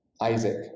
Isaac